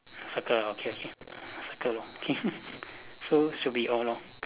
circle okay okay circle so should be all lor